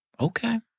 Okay